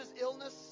illness